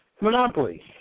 Monopoly